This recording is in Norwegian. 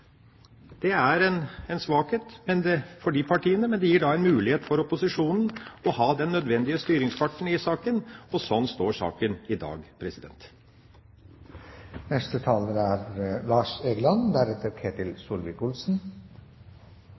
dette. Det er en svakhet for de partiene, men det gir en mulighet for opposisjonen til å ha den nødvendige styringsfarten i saken. Sånn står saken i dag. Det har kanskje blitt en litt tammere diskusjon enn mange hadde håpet på. Det skyldes kanskje at det er